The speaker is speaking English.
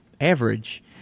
average